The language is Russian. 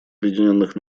объединенных